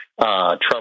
Trump